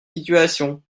situations